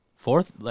Fourth